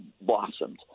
Blossomed